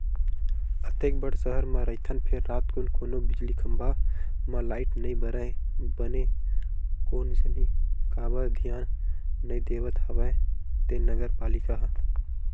अतेक बड़ सहर म रहिथन फेर रातकुन कोनो बिजली खंभा म लाइट नइ बरय बने कोन जनी काबर धियान नइ देवत हवय ते नगर पालिका ह